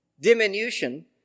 diminution